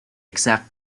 exact